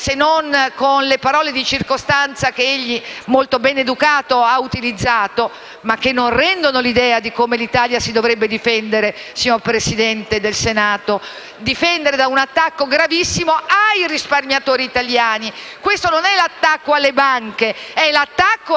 se non con le parole di circostanza che egli (molto ben educato) ha utilizzato, ma che non rendono l'idea di come l'Italia si dovrebbe difendere, signor Presidente del Senato, da un attacco gravissimo ai risparmiatori italiani. Questo, infatti, non è l'attacco alle banche ma ai